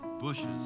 bushes